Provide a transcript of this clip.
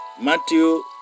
Matthew